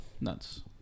nuts